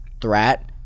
threat